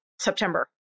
september